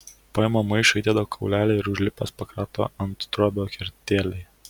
paima maišą įdeda kaulelį ir užlipęs pakrato anttrobio kertelėje